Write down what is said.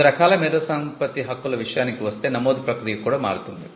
వివిధ రకాల మేధో సంపత్తి హక్కుల విషయానికి వస్తే నమోదు ప్రక్రియ కూడా మారుతుంది